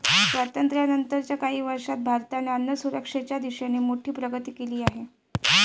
स्वातंत्र्यानंतर च्या काही वर्षांत भारताने अन्नसुरक्षेच्या दिशेने मोठी प्रगती केली आहे